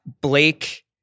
Blake